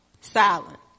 silent